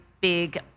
big